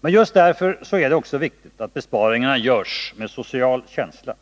Men just därför är det också viktigt att besparingarna görs med social känsla.